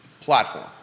platform